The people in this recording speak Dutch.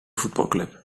voetbalclub